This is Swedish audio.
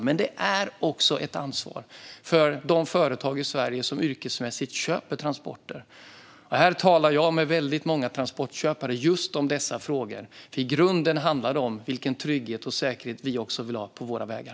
Men det ligger också ett ansvar på de företag i Sverige som yrkesmässigt köper transporter. Jag talar med många transportköpare om just dessa frågor. I grunden handlar detta om vilken trygghet och säkerhet vi vill ha på våra vägar.